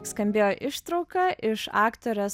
skambėjo ištrauka iš aktorės